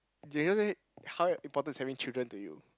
do you know that how important is having children to you